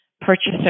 purchaser